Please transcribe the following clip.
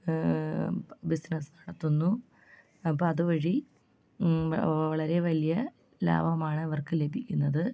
business നടത്തുന്നു അപ്പം അത് വഴി വളരെ വലിയ ലാഭമാണവർക്ക് ലഭിക്കുന്നത്